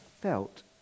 felt